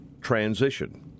transition